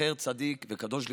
זכר צדיק וקדוש לברכה,